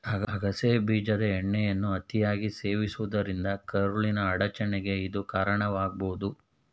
ಅಗಸೆ ಬೀಜದ ಎಣ್ಣೆಯನ್ನು ಅತಿಯಾಗಿ ಸೇವಿಸುವುದರಿಂದ ಕರುಳಿನ ಅಡಚಣೆಗೆ ಇದು ಕಾರಣವಾಗ್ಬೋದು